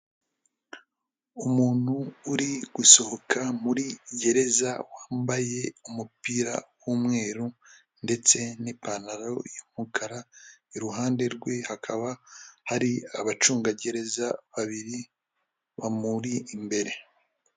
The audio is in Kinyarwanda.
Umuntu uri gusohoka muri gereza, wambaye umupira w'umweru ndetse n'ipantaro y'umukara, iruhande rwe hakaba hari abacungagereza babiri bamuri imbere.